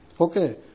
Okay